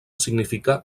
significa